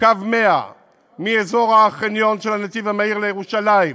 קו 100 מאזור החניון של הנתיב המהיר לירושלים,